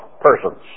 persons